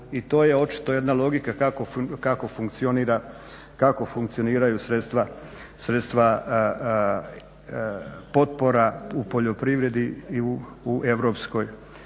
I to je očito jedna logika kako funkcioniraju sredstva potpora u poljoprivredi i u EU.